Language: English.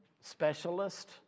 specialist